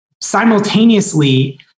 simultaneously